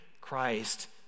Christ